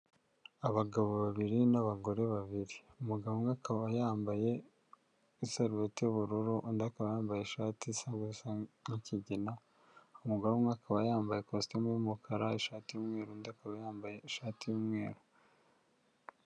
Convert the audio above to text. Abagabo babiri n'abagore babiri. Umugabo umwe akaba yambaye isarubeti y'ubururu undi akaba yambaye ishati ijya gusa nk'ikigina, umugore umwe akaba yambaye ikositimu y'umukara, ishati y'umweru, undi akaba yambaye ishati y'umweru.